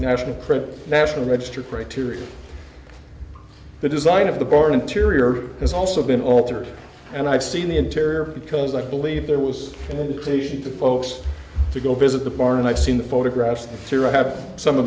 national credit national register criteria the design of the board interior has also been altered and i've seen the interior because i believe there was an indication to folks to go visit the barn and i've seen the photographs